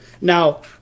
Now